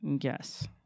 Yes